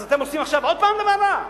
אז אתם עושים עכשיו עוד פעם דבר רע?